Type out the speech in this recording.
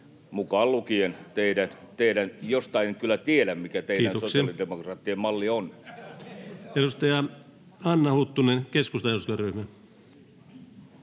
mukaan lukien teidän mallinne, vaikka en kyllä tiedä, mikä teidän sosiaalidemokraattien malli on. Edustaja Hanna Huttunen, keskustan eduskuntaryhmä.